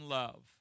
love